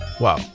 Wow